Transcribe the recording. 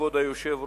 כבוד היושב-ראש,